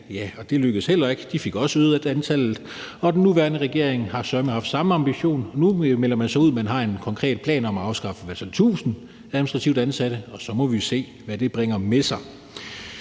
ja, det lykkedes heller ikke, de fik også øget antallet, og den nuværende regering har søreme haft samme ambition. Nu melder man så ud, at man har en konkret plan om at afskaffe i hvert fald 1.000 administrativt ansatte, og så må vi se, hvad det bringer med sig.